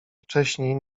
wcześniej